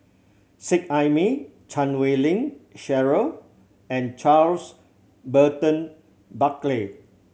Seet Ai Mee Chan Wei Ling Cheryl and Charles Burton Buckley